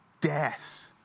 death